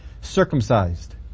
circumcised